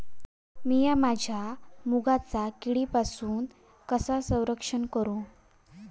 मीया माझ्या मुगाचा किडीपासून कसा रक्षण करू?